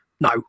No